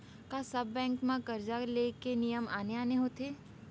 का सब बैंक म करजा ले के नियम आने आने होथे?